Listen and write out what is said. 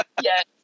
Yes